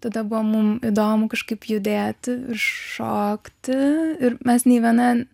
tada buvo mum įdomu kažkaip judėti ir šokti ir mes nei viena